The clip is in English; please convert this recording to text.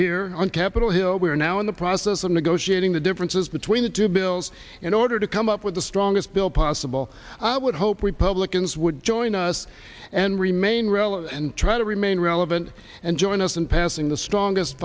here on capitol hill we are now in the process of negotiating the differences between the two bills in order to come up with the strongest bill possible i would hope republicans would join us and remain relevant and try to remain relevant and join us in passing the strongest